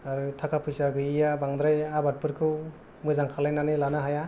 आरो थाखा फैसा गैयैया बांद्राय आबादफोरखौ मोजां खालायनानै लानो हाया